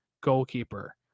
goalkeeper